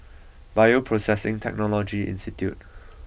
Bioprocessing Technology Institute